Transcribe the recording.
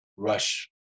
rush